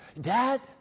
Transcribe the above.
Dad